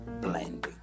blending